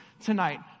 tonight